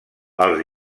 els